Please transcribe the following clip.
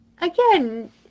again